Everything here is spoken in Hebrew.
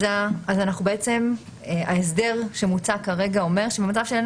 בעצם ההסדר שמוצע כרגע אומר שבמצב שאין